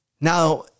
Now